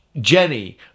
Jenny